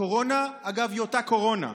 הקורונה, אגב, היא אותה קורונה.